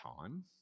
time